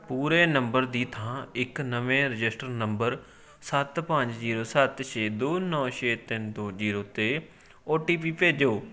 ਪੂਰੇ ਨੰਬਰ ਦੀ ਥਾਂ ਇੱਕ ਨਵੇਂ ਰਜਿਸਟਰਡ ਨੰਬਰ ਸੱਤ ਪੰਜ ਜ਼ੀਰੋ ਸੱਤ ਛੇ ਦੋ ਨੌ ਛੇ ਤਿੰਨ ਦੋ ਜ਼ੀਰੋ 'ਤੇ ਓ ਟੀ ਪੀ ਭੇਜੋ